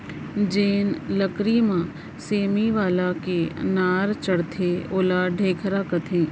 जेन लकरी म सेमी पाला के नार चघाथें ओला ढेखरा कथें